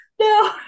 No